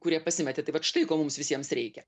kurie pasimetė tai vat štai ko mums visiems reikia